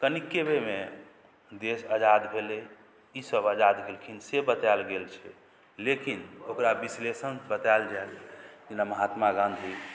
कनिके बेरमे देश आजाद भेलै ई सभ आजाद केलखिन से बताएल गेल छै लेकिन ओकरा विश्लेषण बताएल जाय जेना महात्मा गाँधी